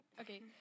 Okay